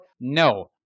no